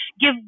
give